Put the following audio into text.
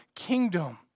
kingdom